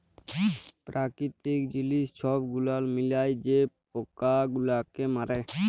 পেরাকিতিক জিলিস ছব গুলাল মিলায় যে পকা গুলালকে মারে